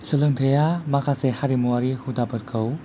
सोलोंथाया माखासे हारिमुवारि हुदाफोरखौ